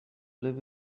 live